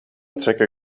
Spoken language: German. zecke